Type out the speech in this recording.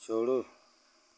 छोड़ो